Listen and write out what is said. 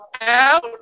out